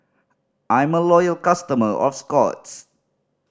I'm a loyal customer of Scott's